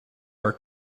our